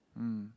mm